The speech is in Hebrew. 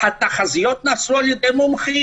התחזיות נעשו על ידי מומחים.